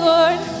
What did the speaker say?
Lord